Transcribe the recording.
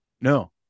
No